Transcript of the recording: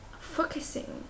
focusing